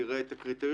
תראה את הקריטריונים,